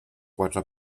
quatre